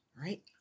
right